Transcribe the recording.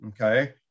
Okay